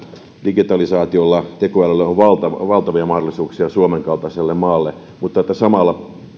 digitalisaatiolla tekoälyllä on valtavia mahdollisuuksia suomen kaltaiselle maalle mutta että samalla